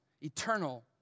eternal